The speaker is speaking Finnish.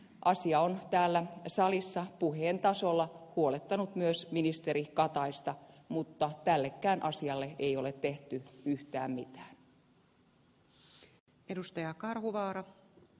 asia on täällä salissa puheen tasolla huolettanut myös ministeri kataista mutta tällekään asialle ei ole tehty yhtään mitään